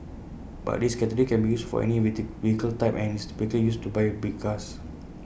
but this category can be used for any wait vehicle type and is typically used to buy big cars